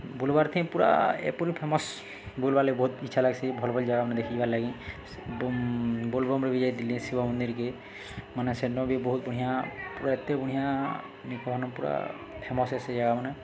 ବୁଲ୍ବାରଥି ପୁରା ଏପରି ଫେମସ୍ ବୁଲ୍ବାର୍ ଲାଗି ବହୁତ୍ ଇଚ୍ଛା ଲାଗ୍ସି ଭଲ୍ ଭଲ୍ ଜାଗାମାନେ ଦେଖିଯିବାର୍ ଲାଗି ବୋଲ୍ବମ୍ରେ ବି ଯାଇଥିଲି ଶିବ ମନ୍ଦିର୍କେ ମାନେ ସେନ ବି ବହୁତ୍ ବଢ଼ିଆଁ ପୁରା ଏତେ ବଢ଼ିଆଁ ନି କହନ ପୁରା ଫେମସ୍ ଏ ସେ ଜାଗାମାନେ